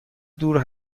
دور